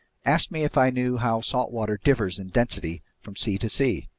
asked me if i knew how salt water differs in density from sea to sea.